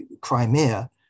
Crimea